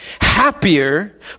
happier